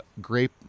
grape